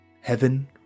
Heaven